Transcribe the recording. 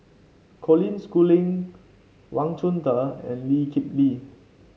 Colin Schooling Wang Chunde and Lee Kip Lee